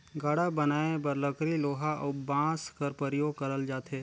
गाड़ा बनाए बर लकरी लोहा अउ बाँस कर परियोग करल जाथे